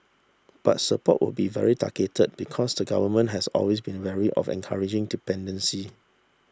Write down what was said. but support will be very targeted because the Government has always been wary of encouraging dependency